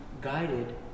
guided